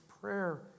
prayer